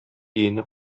өенә